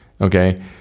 Okay